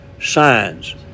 signs